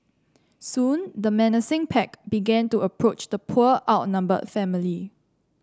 soon the menacing pack began to approach the poor outnumbered family